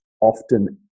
often